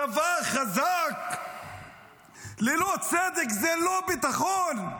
צבא חזק ללא צדק זה לא ביטחון.